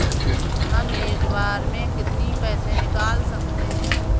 हम एक बार में कितनी पैसे निकाल सकते हैं?